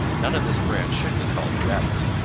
none of this branch should be called a rabbit.